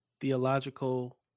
theological